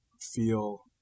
feel